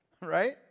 Right